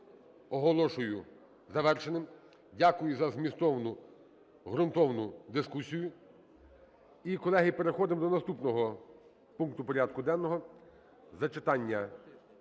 оголошую завершеною. Дякую за змістовну, ґрунтовну дискусію. І, колеги, переходимо до наступного пункту порядку денного – зачитання